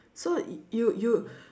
so you you